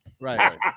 Right